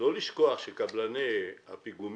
לא לשכוח שיש לקבלני הפיגום